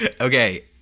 okay